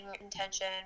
intention